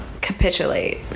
capitulate